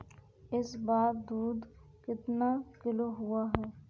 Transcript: इस बार दूध कितना किलो हुआ है?